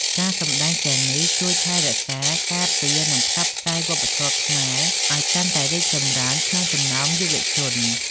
ការសម្តែងទាំងនេះជួយថែរក្សា ការពារ និងផ្សព្វផ្សាយវប្បធម៌ខ្មែរឱ្យកាន់តែរីកចម្រើនក្នុងចំណោមយុវជន។